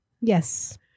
yes